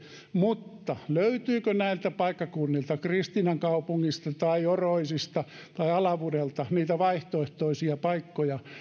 mutta löytyykö näiltä paikkakunnilta kristiinankaupungista tai joroisista tai alavudelta niitä vaihtoehtoisia paikkoja